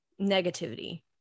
negativity